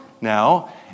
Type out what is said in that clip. now